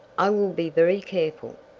i will be very careful.